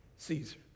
Caesar